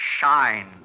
shine